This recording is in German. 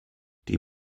die